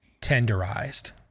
tenderized